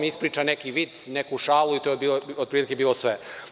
Ispriča neki vic, neku šalu i to je od prilike bilo sve.